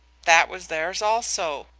that was theirs also.